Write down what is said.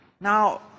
Now